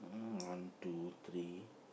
one two three